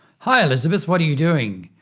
hi elizabeth, what are you doing?